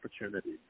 opportunities